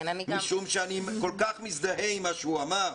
משום שאני כל כך מזדהה עם מה שהוא אמר.